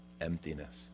emptiness